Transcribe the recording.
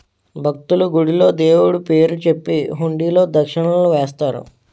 భక్తులు, గుడిలో దేవుడు పేరు చెప్పి హుండీలో దక్షిణలు వేస్తారు